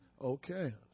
Okay